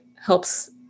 helps